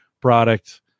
product